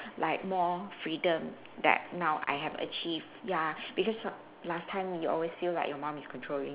like more freedom that now I have achieved ya because some last time you always feel like your mum is controlling